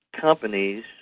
companies